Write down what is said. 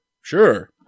sure